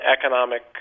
economic